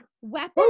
weapon